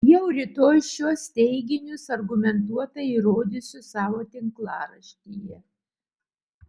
jau rytoj šiuos teiginius argumentuotai įrodysiu savo tinklaraštyje